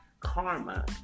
karma